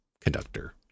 conductor